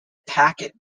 packet